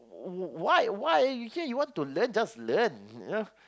w~ why why you here you want to learn just learn you know